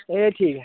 एह् ठीक ऐ